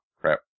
crap